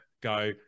go